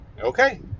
Okay